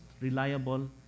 reliable